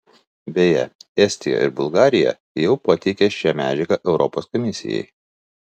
beje estija ir bulgarija jau pateikė šią medžiagą europos komisijai